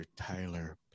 Tyler